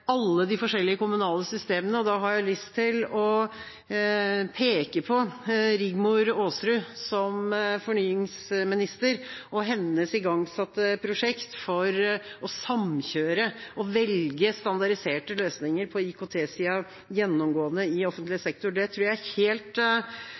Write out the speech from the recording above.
alle de forskjellige kommunale systemene. Da har jeg lyst til å peke på Rigmor Aasrud som fornyingsminister og hennes igangsatte prosjekt for å samkjøre og velge standardiserte løsninger på IKT-sida gjennomgående i offentlig